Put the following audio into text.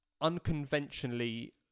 unconventionally